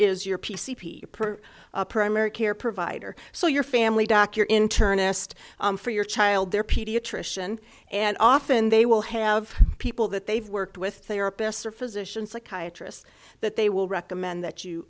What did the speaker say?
is your p c p per a primary care provider so your family doc your internist for your child their pediatrician and often they will have people that they've worked with they are besser physicians psychiatrists that they will recommend that you